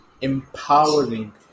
empowering